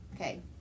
Okay